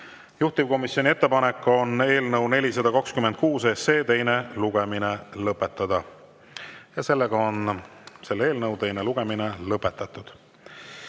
Juhtivkomisjoni ettepanek on eelnõu 426 teine lugemine lõpetada. Selle eelnõu teine lugemine on lõpetatud.